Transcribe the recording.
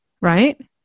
right